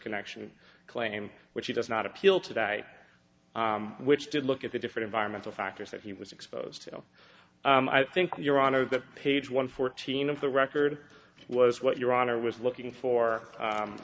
connection claim which he does not appeal today which did look at the different environmental factors that he was exposed i think your honor that page one fourteen of the record was what your honor was looking for